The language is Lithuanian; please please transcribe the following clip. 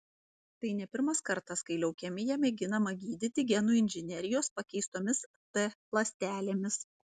tai ne pirmas kartas kai leukemiją mėginama gydyti genų inžinerijos pakeistomis t ląstelėmis